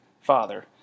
father